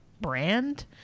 brand